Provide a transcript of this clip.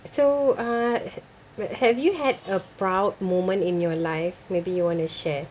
so uh where have you had a proud moment in your life maybe you want to share